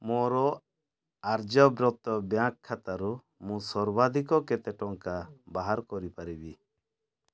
ମୋର ଆର୍ଯ୍ୟବ୍ରତ ବ୍ୟାଙ୍କ୍ ଖାତାରୁ ମୁଁ ସର୍ବାଧିକ କେତେ ଟଙ୍କା ବାହାର କରିପାରିବି